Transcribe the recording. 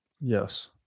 Yes